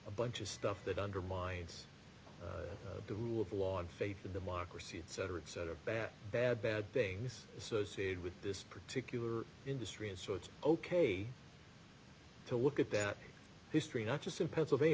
a bunch of stuff that undermines the rule of law and faith of democracy etc etc bad bad bad things associated with this particular industry and so it's ok to look at that history not just in pennsylvania